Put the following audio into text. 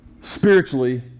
spiritually